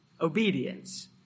obedience